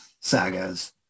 sagas